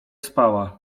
spała